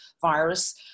virus